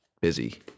busy